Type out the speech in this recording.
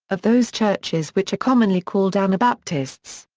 of those churches which are commonly called anabaptists.